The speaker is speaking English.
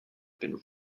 been